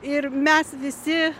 ir mes visi